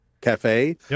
cafe